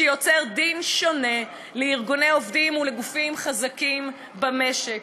שיוצר דין שונה לארגוני עובדים ולגופים חזקים במשק.